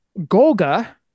Golga